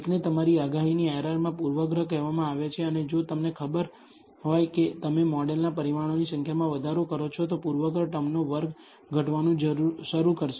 એકને તમારી આગાહીની એરરમાં પૂર્વગ્રહ કહેવામાં આવે છે અને જો તમને ખબર હોય કે તમે મોડેલના પરિમાણોની સંખ્યામાં વધારો કરો છો તો પૂર્વગ્રહ ટર્મનો વર્ગ ઘટવાનું શરૂ કરશે